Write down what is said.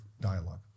dialogue